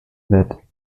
that